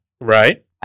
Right